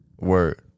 Word